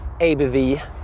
ABV